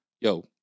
Yo